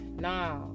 Nah